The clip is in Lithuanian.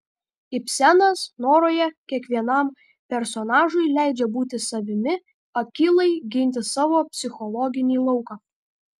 ibsenas noroje kiekvienam personažui leidžia būti savimi akylai ginti savo psichologinį lauką